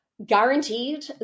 guaranteed